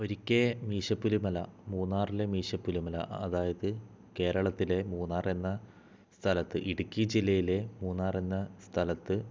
ഒരിക്കൽ മീശപ്പുലിമല മൂന്നാറിലെ മീശപ്പുലിമല അതായത് കേരളത്തിലെ മൂന്നാർ എന്ന സ്ഥലത്ത് ഇടുക്കി ജില്ലയിലെ മൂന്നാർ എന്ന സ്ഥലത്ത്